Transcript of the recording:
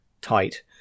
tight